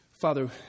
Father